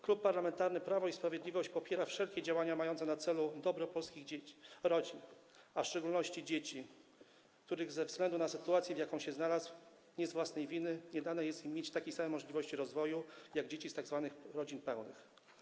Klub Parlamentarny Prawo i Sprawiedliwość popiera wszelkie działania mające na celu dobro polskich rodzin, a w szczególności dzieci, którym ze względu na sytuację, w jakiej się znalazły nie z własnej winy, nie jest dane mieć takich samych możliwości rozwoju jak w przypadku dzieci z tzw. rodzin pełnych.